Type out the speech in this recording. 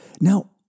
Now